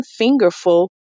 fingerful